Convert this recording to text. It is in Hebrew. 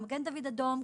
מגן דוד אדום,